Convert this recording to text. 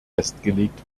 festgelegt